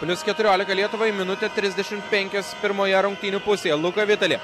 plius keturiolika lietuvai minutė trisdešimt penkios pirmoje rungtynių pusėje luka vitali